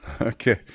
Okay